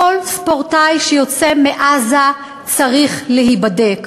כל ספורטאי שיוצא מעזה צריך להיבדק,